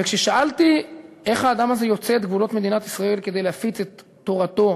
וכששאלתי איך האדם הזה יוצא את גבולות מדינת ישראל כדי להפיץ את תורתו,